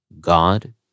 God